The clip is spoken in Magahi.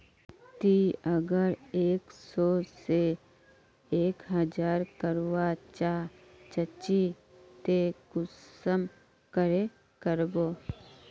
ती अगर एक सो से एक हजार करवा चाँ चची ते कुंसम करे करबो?